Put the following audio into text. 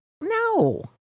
No